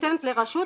על מה את שואלת?